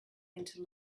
into